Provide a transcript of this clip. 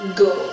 go